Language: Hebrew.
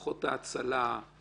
אם זה כוחות ההצלה או